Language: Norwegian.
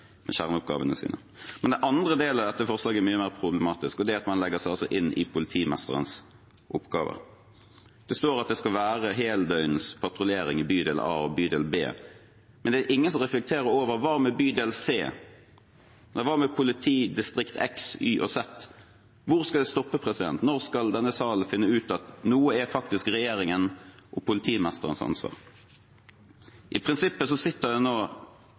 med kjerneoppgavene sine. Den andre delen av dette forslaget er mye mer problematisk, og det handler om at man legger seg opp i politimesterens oppgaver. Det står at det skal være heldøgns patruljering i bydel a og bydel b, men det er ingen som reflekterer over: Hva med bydel c? Hva med politidistrikt x, y og z? Hvor skal det stoppe? Når skal denne salen finne ut at noe er faktisk regjeringens og politimesterens ansvar? I prinsippet sitter det nå